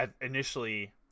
initially